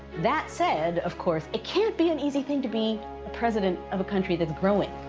that said, of course, it can't be an easy thing to be the president of a country that's growing.